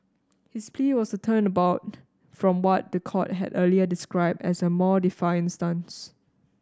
his plea was a turnabout from what the court had earlier described as a more defiant stance